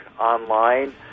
online